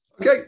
Okay